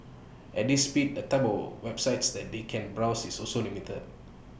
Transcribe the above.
at this speed the type of websites that they can browse is also limited